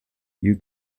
you